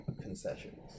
concessions